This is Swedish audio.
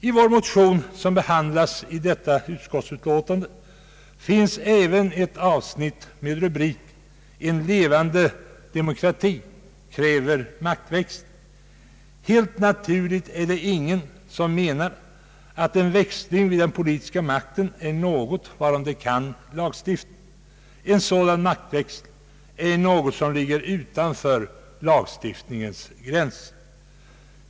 I vår motion som behandlas i detta utskottsutlåtande finns även ett avsnitt med rubriken »En levande demokrati kräver maktväxling». Ingen menar helt naturligt att en växling av den politiska makten är något som det kan lagstiftas om. En sådan maktväxling ligger utanför lagstiftningens gränser.